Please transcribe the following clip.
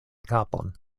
kapon